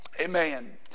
Amen